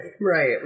right